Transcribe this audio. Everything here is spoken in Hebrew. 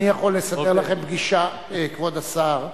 אני יכול לסדר לכם פגישה, כבוד השר.